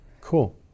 Cool